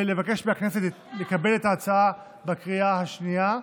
ומבקש מהכנסת לקבל את ההצעה בקריאה השנייה והשלישית.